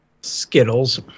Skittles